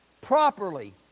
properly